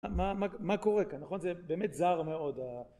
מה קורה כאן. נכון? זה באמת זר מאוד